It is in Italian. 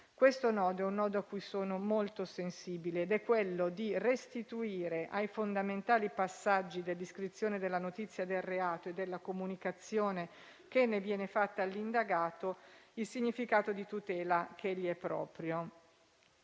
Questo è un nodo a cui sono molto sensibile ed è quello di restituire ai fondamentali passaggi dell'iscrizione della notizia del reato e della comunicazione che ne viene fatta all'indagato il significato di tutela che gli è proprio.